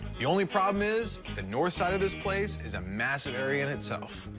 the only problem is the north side of this place is a massive area in itself.